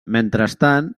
mentrestant